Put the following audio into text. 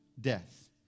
death